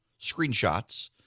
screenshots